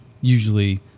usually